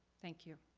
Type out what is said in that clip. thank you.